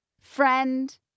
friend